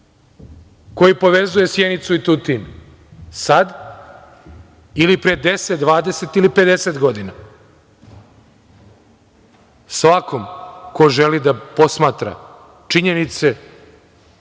koji povezuje Sjenicu i Tutin, sad ili pre 10, 20, 50 godina? Svakom ko želi da posmatra činjenice,